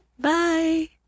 Bye